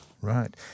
right